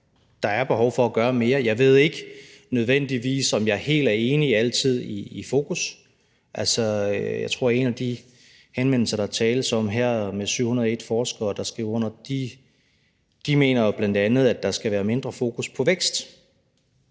der er behov for at gøre mere. Jeg ved ikke, om jeg nødvendigvis altid er helt enig i fokusset. Jeg tror, at i en af de henvendelser, der tales om her, nemlig den med 701 forskere, der skriver under, mener de bl.a., at der skal være mindre fokus på vækst.